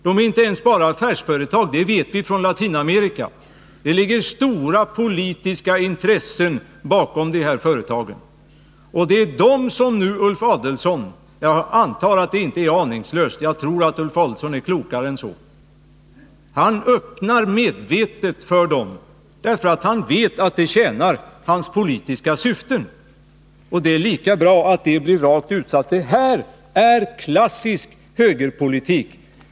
De är inte ens bara affärsföretag — det känner vi till från Latinamerika — utan det ligger stora politiska intressen bakom de här företagen. Och det är för dem som herr Adelsohn nu — jag antar att det inte är aningslöst, eftersom jag tror att Ulf Adelsohn är klokare än så — medvetet öppnar dörren därför att han vet att det tjänar hans politiska syften. Det är lika bra att detta blir utsagt. Det här är klassisk högerpolitik.